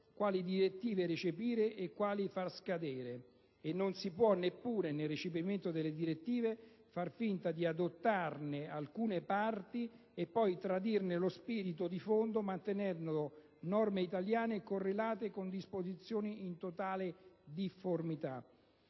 quali direttive recepire e quali far scadere, e non si può neppure, nel recepimento delle direttive, far finta di adottarne alcune parti e poi tradirne lo spirito di fondo, mantenendo norme italiane correlate con disposizioni in totale difformità.